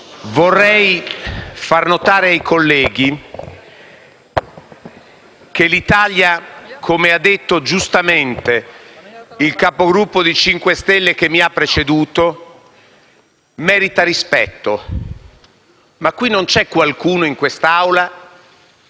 vorrei far notare ai colleghi che l'Italia, come ha detto giustamente il Capogruppo del Movimento 5 Stelle che mi ha preceduto, merita rispetto, ma non c'è qualcuno in quest'Aula